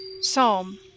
Psalm